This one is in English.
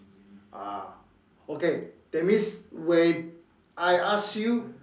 ah okay that's means when I ask you